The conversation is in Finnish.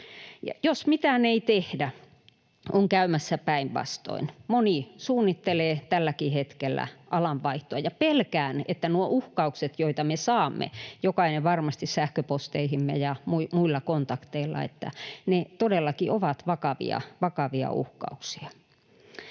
Jos mitään ei tehdä, on käymässä päinvastoin. Moni suunnittelee tälläkin hetkellä alanvaihtoa, ja pelkään, että nuo uhkaukset, joita me saamme, varmasti jokainen, sähköposteihimme ja muilla kontakteilla, todellakin ovat vakavia uhkauksia.